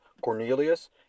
Cornelius